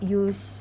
use